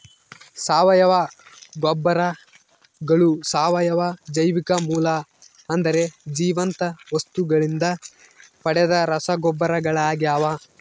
ಸಾವಯವ ಗೊಬ್ಬರಗಳು ಸಾವಯವ ಜೈವಿಕ ಮೂಲ ಅಂದರೆ ಜೀವಂತ ವಸ್ತುಗಳಿಂದ ಪಡೆದ ರಸಗೊಬ್ಬರಗಳಾಗ್ಯವ